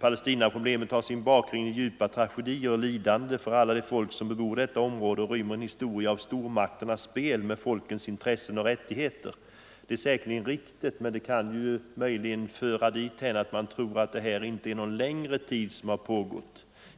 Palestinaproblemet ”har sin bakgrund i djupa tragedier och lidanden för alla de folk som bebor detta område och rymmer en historia av stormakters spel med folkens intressen och rättigheter”. Detta är säkerligen riktigt, men uttalandet kan möjligen föra dithän att man tror att detta inte har pågått någon längre tid.